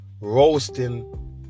roasting